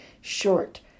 short